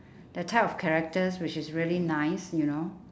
that type of characters which is really nice you know